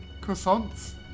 croissants